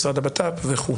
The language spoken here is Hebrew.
משרד לביטחון לאומי וכולי.